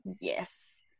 yes